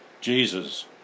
Jesus